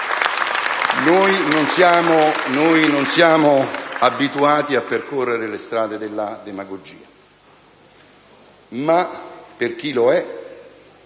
Noi non siamo abituati a percorrere le strade della demagogia, ma da parte di chi lo è